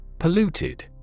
Polluted